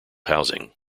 housing